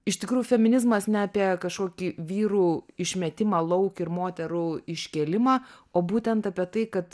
iš tikrųjų feminizmas ne apie kažkokį vyrų išmetimą lauk ir moterų iškėlimą o būtent apie tai kad